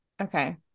Okay